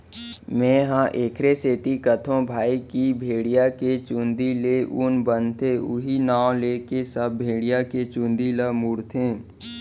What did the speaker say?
मेंहा एखरे सेती कथौं भई की भेड़िया के चुंदी ले ऊन बनथे उहीं नांव लेके सब भेड़िया के चुंदी ल मुड़थे